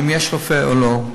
אם יש רופא או לא.